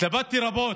התלבטתי רבות,